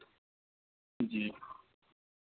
جی